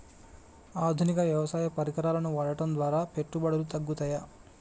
ఆధునిక వ్యవసాయ పరికరాలను వాడటం ద్వారా పెట్టుబడులు తగ్గుతయ?